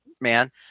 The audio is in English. man